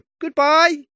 goodbye